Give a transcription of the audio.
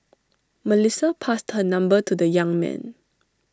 Melissa passed her number to the young man